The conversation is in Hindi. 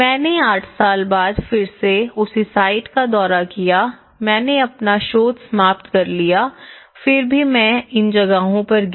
मैंने आठ साल बाद फिर से उसी साइट का दौरा किया मैंने अपना शोध समाप्त कर लिया फिर भी मैं इन जगहों पर गया